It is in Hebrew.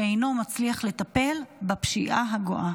שאינו מצליח לטפל בפשיעה הגואה.